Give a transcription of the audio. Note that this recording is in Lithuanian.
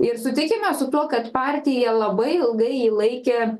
ir sutikime su tuo kad partija labai ilgai laikė